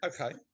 Okay